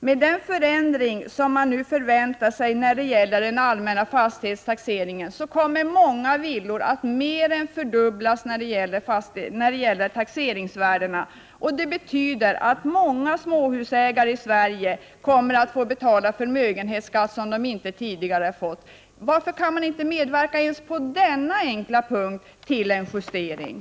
Med den förändring som man förväntar sig när det gäller allmän fastighetstaxering kommer taxeringsvärdet för många villor att mer än fördubblas. Det betyder att många småhusägare i Sverige kommer att få betala förmögenhetsskatt som de tidigare inte har behövt göra. Varför kan man inte medverka till en justering ens på denna enkla punkt?